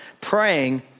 praying